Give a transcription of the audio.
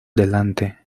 delante